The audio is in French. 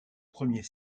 premier